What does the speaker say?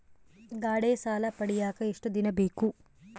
ಗಾಡೇ ಸಾಲ ಪಡಿಯಾಕ ಎಷ್ಟು ದಿನ ಬೇಕು?